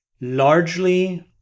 largely